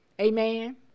Amen